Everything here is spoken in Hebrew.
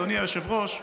אדוני היושב-ראש,